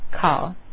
call